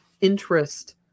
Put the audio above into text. interest